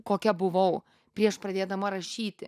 kokia buvau prieš pradėdama rašyti